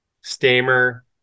Stamer